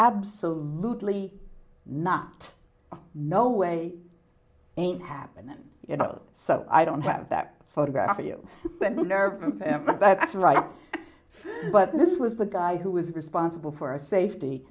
absolutely not no way ain't happenin you know so i don't have that photograph of you that's right but this was the guy who was responsible for our safety